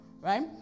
right